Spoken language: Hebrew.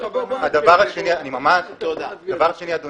שנית, אדוני,